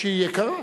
שהיא יקרה.